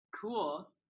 cool